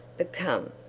but come,